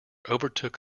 overtook